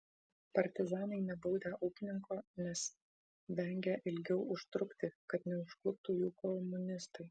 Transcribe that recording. partizanai nebaudę ūkininko nes vengę ilgiau užtrukti kad neužkluptų jų komunistai